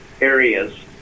areas